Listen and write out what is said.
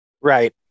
Right